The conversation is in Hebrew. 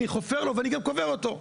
אני חופר לו ואני גם קובר אותו.